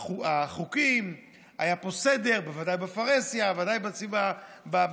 החוקים, היה פה סדר, בוודאי בפרהסיה, ודאי בציבור.